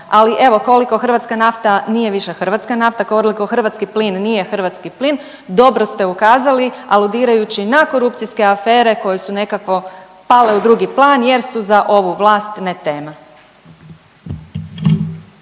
ali evo koliko hrvatska nafta nije više hrvatska nafta, koliko hrvatski plin nije hrvatski plin, dobro ste ukazali aludirajući na korupcijske afere koje su nekako pale u drugi plan jer su za ovu vlast ne tema.